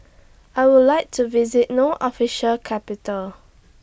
I Would like to visit No Official Capital